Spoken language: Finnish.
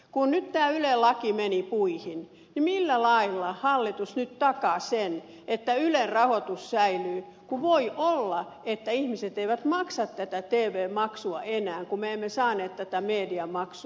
kun nyt tämä yle laki meni puihin niin millä lailla hallitus nyt takaa sen että ylen rahoitus säilyy kun voi olla että ihmiset eivät maksa tätä tv maksua enää kun me emme saaneet tätä mediamaksua